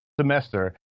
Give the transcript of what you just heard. semester